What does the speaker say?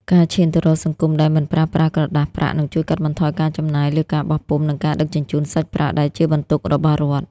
ការឈានទៅរកសង្គមដែលមិនប្រើប្រាស់ក្រដាសប្រាក់នឹងជួយកាត់បន្ថយការចំណាយលើការបោះពុម្ព និងការដឹកជញ្ជូនសាច់ប្រាក់ដែលជាបន្ទុករបស់រដ្ឋ។